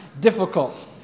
difficult